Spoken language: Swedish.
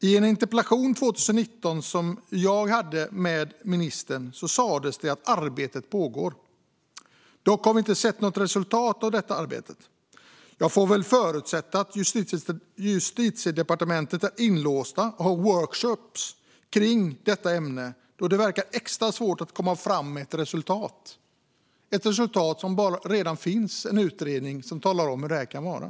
I en interpellationsdebatt som jag hade med ministern 2019 sas det att arbete pågår. Dock har vi inte sett något resultat av detta arbete. Jag får väl förutsätta att de på Justitiedepartementet är inlåsta och har workshoppar kring detta ämne då det verkar extra svårt att komma med ett resultat. Det finns redan en utredning som talar om hur detta kan vara.